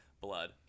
blood